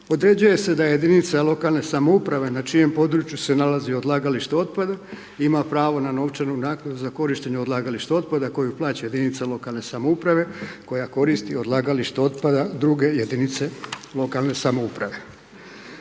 Određuje se da je jedinica lokalne samouprave na čijem području se nalazi odlagalište otpada ima pravo na novčanu naknadu za korištenje odlagališta otpada koju plaća jedinica lokalne samouprave koja koristi odlagalište otpada druge jedinice lokalne samouprave.